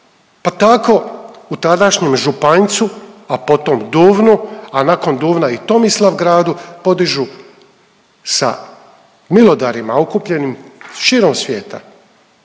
pa tako u tadašnjem Županjcu, a potom Duvnu, a nakon Duvna i Tomislav Gradu podižu sa milodarima okupljenim širom svijeta